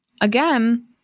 again